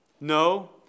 No